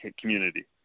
community